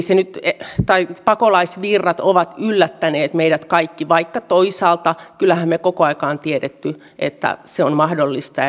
tavoitteena ja periaatteena on ollut käyttää verorahat mahdollisimman tehokkaasti ja kansainvälisesti tunnettu ilmiö onkin että menestyvä innovaatiotoiminta keskittyy monialaisiin kasvukeskuksiin